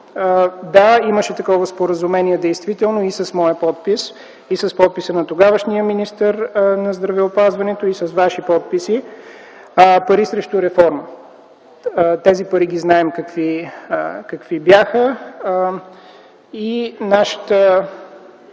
Да, имаше такова споразумение действително и с моя подпис, и с подписа на тогавашния министър на здравеопазването, и с ваши подписи – „Пари срещу реформи”. Тези пари ги знаем какви бяха и нашето